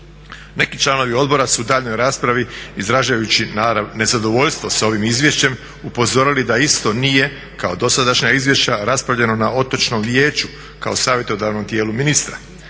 Neki članovi odbora su u daljnjoj raspravi izražavajući nezadovoljstvo sa ovim izvješćem upozorili da isto nije kao dosadašnja izvješća raspravljeno na Otočnom vijeću kao savjetodavnom tijelu ministra.